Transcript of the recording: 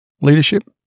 leadership